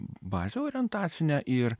bazę orientacinę ir